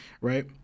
right